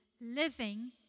living